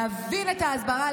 להבין את ההסברה,